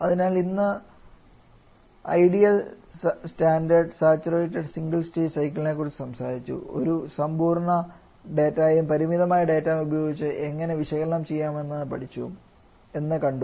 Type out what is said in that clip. അതിനാൽ ഇന്ന് ideal standard saturated single stage സൈക്കിളിനെക്കുറിച്ച് സംസാരിച്ചു ഒരു സമ്പൂർണ്ണ ഡാറ്റയും പരിമിതമായ ഡാറ്റയും ഉപയോഗിച്ച് അത് എങ്ങനെ വിശകലനം ചെയ്യാമെന്ന് കണ്ടു